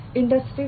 industry 4